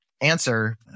answer